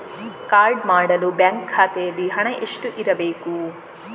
Card ಮಾಡಲು bank ಖಾತೆಯಲ್ಲಿ ಹಣ ಎಷ್ಟು ಇರಬೇಕು?